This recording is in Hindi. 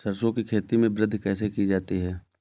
सरसो की खेती में वृद्धि कैसे की जाती है?